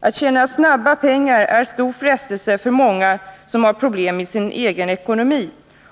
Att tjäna snabba pengar är en stor frestelse för många som har problem med sin egen ekonomi.